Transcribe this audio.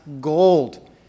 gold